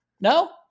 No